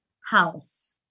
house